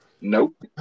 Nope